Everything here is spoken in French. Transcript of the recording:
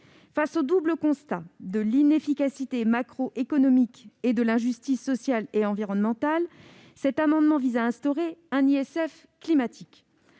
Face au double constat de l'inefficacité macroéconomique et de l'injustice sociale et environnementale, cet amendement vise à instaurer un ISF climatique.